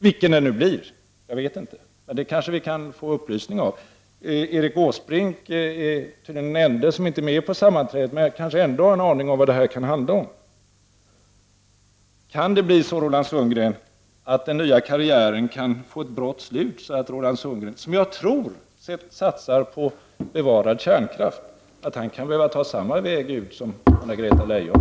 Jag vet inte vilken den nu blir, men det kanske vi kan få upplysning om. Erik Åsbrink är tydligen den ende som inte är med på sammanträdet, men han har kanske ändå en aning om vad det här kan handla om. Roland Sundgren, kan det bli så att den nya karriären får ett brått slut, att Roland Sundgren, som jag tror satsar på bevarad kärnkraft, blir tvungen att ta samma väg ut som Anna-Greta Leijon?